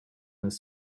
has